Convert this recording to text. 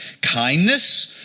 kindness